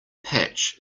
patch